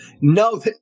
No